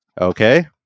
Okay